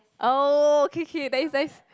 oh okay okay nice nice